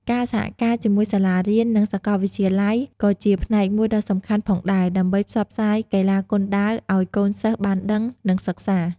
ការសហការជាមួយសាលារៀន និងសកលវិទ្យាល័យក៏ជាផ្នែកមួយដ៏សំខាន់ផងដែរ ដើម្បីផ្សព្វផ្សាយកីឡាគុនដាវអោយកូនសិស្សបានដឹង និងសិក្សា។